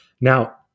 Now